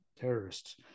Terrorists